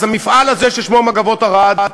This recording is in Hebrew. המפעל הזה ששמו "מגבות ערד",